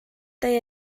they